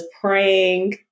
praying